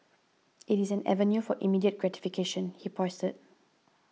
it is an avenue for immediate gratification he posited